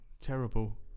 terrible